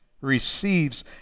receives